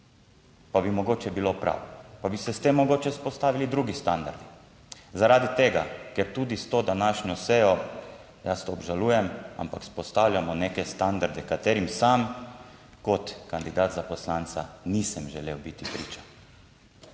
Pa bi mogoče bilo prav, pa bi se s tem mogoče vzpostavili drugi standardi. Zaradi tega, ker tudi s to današnjo sejo jaz to obžalujem, ampak vzpostavljamo neke standarde, katerim sam kot kandidat za poslanca nisem želel biti priča,